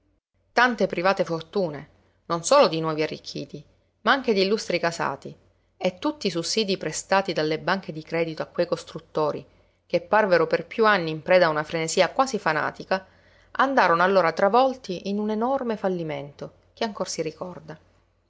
tante private fortune non solo di nuovi arricchiti ma anche d'illustri casati e tutti i sussidii prestati dalle banche di credito a quei costruttori che parvero per più anni in preda a una frenesia quasi fanatica andarono allora travolti in un enorme fallimento che ancor si ricorda